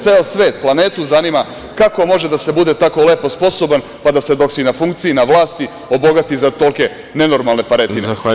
Ceo svet planetu zanima kako može da se bude tako lepo sposoban pa da dok si na funkciji, na vlasti obogati za tolike nenormalne paretine.